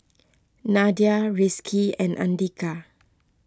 Nadia Rizqi and andika